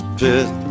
pit